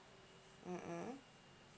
mm mm